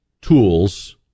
tools